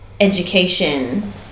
education